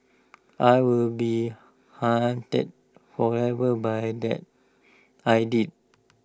I will be haunted forever by that I did